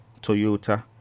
Toyota